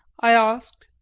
i asked,